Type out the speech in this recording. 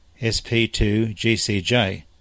SP2GCJ